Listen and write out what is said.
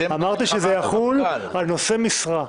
אתם --- אמרתי שזה יחול על נושאי משרה,